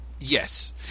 Yes